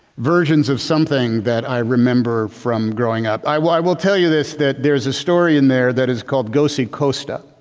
versions of something that i remember from growing up. i will i will tell you this that there's a story in there that is called go see costa.